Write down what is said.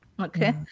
Okay